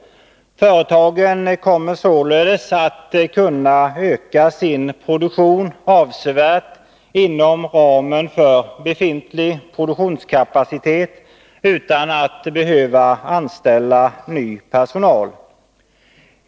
Företagen kommer således att kunna öka sin produktion avsevärt inom ramen för befintlig produktionskapacitet utan att behöva anställa ny personal.